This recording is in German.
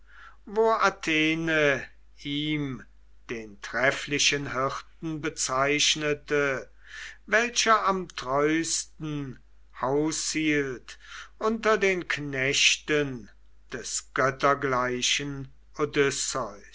athene ihm den trefflichen hirten bezeichnete welcher am treusten haushielt unter den knechten des